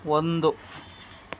ಒಂದು